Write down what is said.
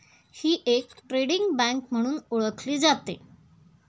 ही एक trading bank म्हणून ओळखली जाते